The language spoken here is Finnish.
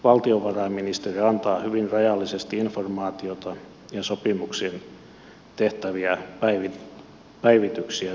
valtiovarainministeriö antaa hyvin rajallisesti informaatiota ja sopimuksiin tehtäviä päivityksiä salataan